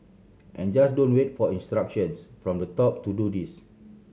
and just don't wait for instructions from the top to do this